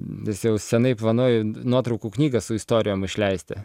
nes jau senai planuoju nuotraukų knygą su istorijom išleisti